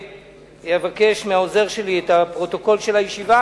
אבקש מהעוזר שלי את הפרוטוקול של הישיבה,